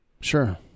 Sure